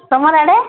ତମର୍ ଆଡ଼େ